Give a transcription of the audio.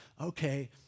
okay